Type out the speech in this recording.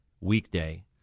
weekday